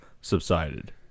subsided